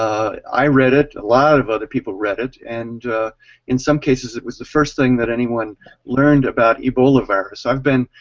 i read it, a lot of other people read it, and in some cases it was the first thing that anyone learned about ebola virus. i have been